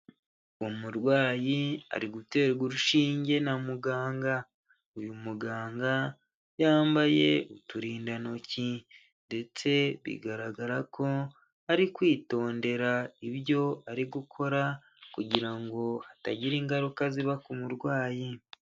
Umurwayi ari guterwa urushinge na muganga, uyu muganga yambaye uturindantoki ndetse bigaragara ko ari kwitondera ibyo ari gukora kugira ngo hatagira ingaruka ziba ku murwayi.